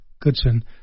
Goodson